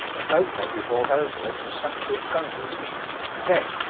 a boat may be brought over it and sunk to its gunwales then,